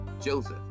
Joseph